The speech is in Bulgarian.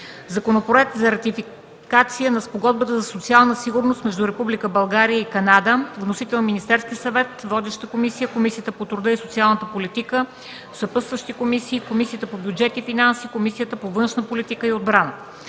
Законопроект за ратификация на Спогодбата за социална сигурност между Република България и Канада. Вносител е Министерският съвет. Водеща е Комисията по труда и социалната политика, съпътстващи са Комисията по бюджет и финанси и Комисията по външна политика и отбрана.